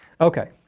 Okay